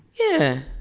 yeah.